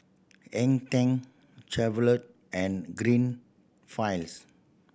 Hang Ten Chevrolet and Greenfields